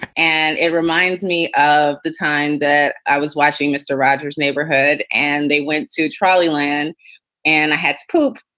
and it reminds me of the time that i was watching mister rogers neighborhood and they went to trolley lan and i had to poop.